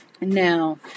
now